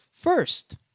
first